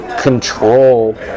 control